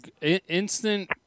Instant